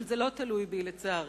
אבל זה לא תלוי בי, לצערי.